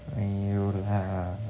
没有啦